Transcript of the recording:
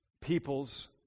peoples